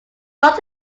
loved